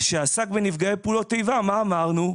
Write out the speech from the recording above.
שעסק בנפגעי פעולות איבה מה אמרנו?